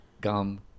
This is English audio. Gum